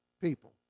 people